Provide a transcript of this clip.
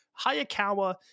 hayakawa